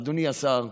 אדוני השר,